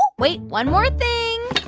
um wait one more thing.